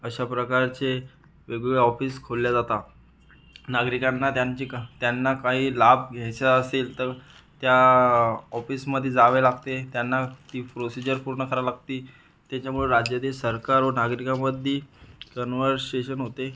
अशा प्रकारचे वेगवेगळ्या ऑफिस खोलल्या जातात नागरिकांना त्यांची का त्यांना काही लाभ घ्यायचा असेल तर त्या ऑफिसमध्ये जावे लागते त्यांना ती प्रोसीजर पूर्ण करावं लागते त्याच्यामुळे राज्यातील सरकार व नागरिकांमध्ये कन्वरसेशन होते